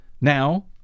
now